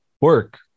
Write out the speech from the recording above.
work